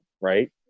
right